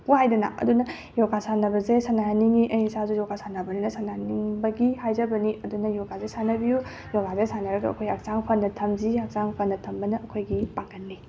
ꯋꯥꯏꯗꯅ ꯑꯗꯨꯅ ꯌꯣꯒꯥ ꯁꯥꯟꯅꯕꯁꯦ ꯁꯥꯟꯅꯍꯟꯅꯤꯡꯉꯤ ꯑꯩ ꯏꯁꯥꯁꯨ ꯌꯣꯒꯥ ꯁꯥꯟꯅꯕꯅꯤꯅ ꯁꯥꯟꯅꯍꯟꯅꯤꯡꯕꯒꯤ ꯍꯥꯏꯖꯕꯅꯤ ꯑꯗꯨꯅ ꯌꯣꯒꯥꯁꯦ ꯁꯥꯟꯅꯕꯤꯌꯨ ꯌꯣꯒꯥꯁꯦ ꯁꯥꯟꯅꯔꯒ ꯑꯩꯈꯣꯏ ꯍꯛꯆꯥꯡ ꯐꯅ ꯊꯝꯁꯤ ꯍꯛꯆꯥꯡ ꯐꯅ ꯊꯝꯕꯅ ꯑꯩꯈꯣꯏꯒꯤ ꯄꯥꯡꯒꯜꯅꯤ